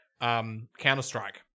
Counter-Strike